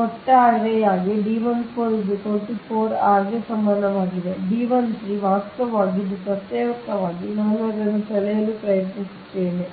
ಆದ್ದರಿಂದ ಎಲ್ಲಾ ಒಟ್ಟಾಗಿ ಕ್ಕೆ ಸಮಾನವಾಗಿರುತ್ತದೆ ಈಗ D 13 ವಾಸ್ತವವಾಗಿ ಇದು ಪ್ರತ್ಯೇಕವಾಗಿ ನಾನು ಅದನ್ನು ಸೆಳೆಯಲು ಪ್ರಯತ್ನಿಸುತ್ತಿದ್ದೇನೆ